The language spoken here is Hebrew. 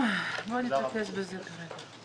בואו נתרכז בזה כרגע.